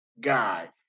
guy